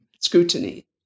scrutiny